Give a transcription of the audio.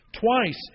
Twice